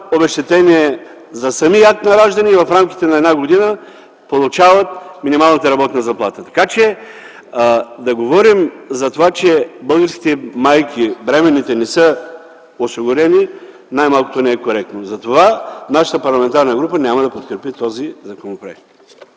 обезщетение за самия акт на раждане и в рамките на една година получават минималната работна заплата. Така че да говорим за това, че българските майки, бременните не са осигурени е най-малкото некоректно. Затова нашата парламентарна група няма да подкрепи този законопроект.